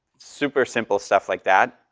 super simple stuff like that.